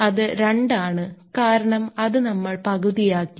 അത് 2 ആണ് കാരണം അത് നമ്മൾ പകുതി ആക്കി